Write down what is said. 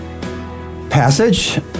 passage